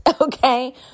Okay